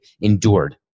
endured